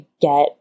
get